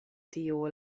tio